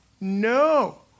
No